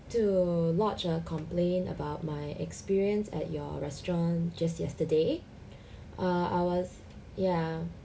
to lodge a complain about my experience at your restaurant just yesterday uh I was ya